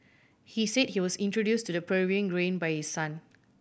he said he was introduce to the Peruvian grain by his son